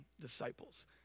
disciples